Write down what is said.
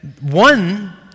one